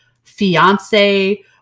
fiance